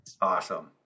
Awesome